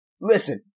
Listen